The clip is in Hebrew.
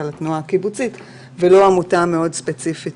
התנועה הקיבוצית ולא עמותה מאוד ספציפית